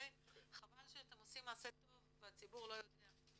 חבל שאתם עושים מעשה טוב והציבור לא יודע.